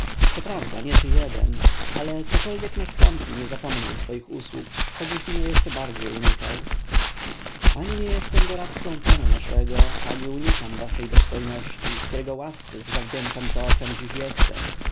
się coprawda nie ty jeden ale cokolwiek nastąpi nie zapomnę twoich usług choćbyś mnie jeszcze bardziej unikał ani jestem doradcą pana naszego ani unikam waszej dostojności którego łasce zawdzięczam to czem dziś jestem